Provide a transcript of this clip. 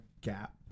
gap